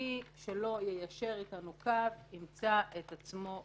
מי שלא יישר אתנו קו, ימצא את עצמו בחוץ.